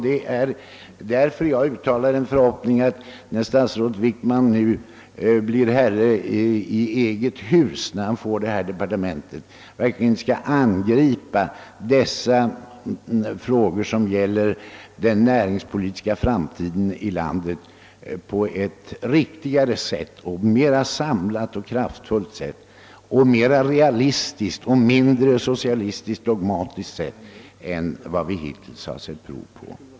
Det är därför jag uttalar en förhoppning att statsrådet Wickman, när han nu blir herre i eget hus och får detta departement, skall angripa de näringspolitiska frågorna på ett riktigare sätt — mera samlat och kraftfullt, mera realistiskt och mindre socialistiskt-dogmatiskt än vi hittills sett prov på.